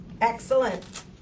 Excellent